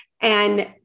And-